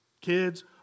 kids